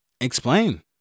Explain